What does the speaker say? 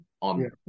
on